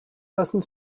lassen